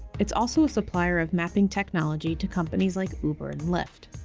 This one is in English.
it's also a supplier of mapping technology to companies like uber and lyft.